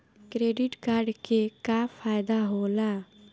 Credit card के का फायदा होला?